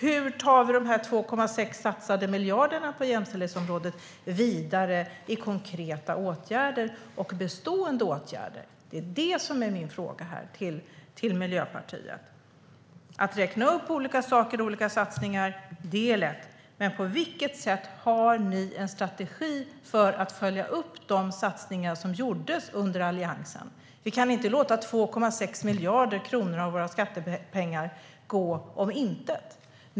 Hur tar vi de här 2,6 satsade miljarderna på jämställdhetsområdet vidare i konkreta och bestående åtgärder? Det är mina frågor till Miljöpartiet. Att räkna upp olika saker och olika satsningar är lätt. Men på vilket sätt har ni en strategi för att följa upp de satsningar som gjordes under Alliansen? Vi kan inte låta 2,6 miljarder kronor av våra skattepengar gå om intet.